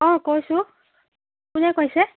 অঁ কৈছোঁ কোনে কৈছে